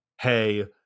Hey